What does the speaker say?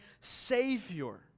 Savior